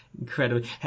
incredibly